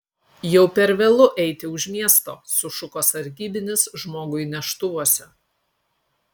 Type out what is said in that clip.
jau per vėlu eiti už miesto sušuko sargybinis žmogui neštuvuose